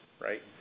right